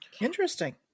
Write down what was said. Interesting